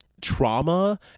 trauma